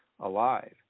alive